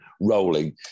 rolling